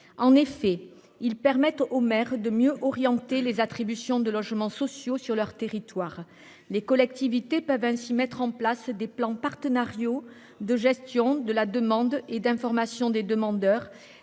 En effet, ils permettent aux maires de mieux orienter les attributions de logements sociaux sur leur territoire. Les collectivités peuvent ainsi mettre en place des plans partenariaux de gestion de la demande et d’information des demandeurs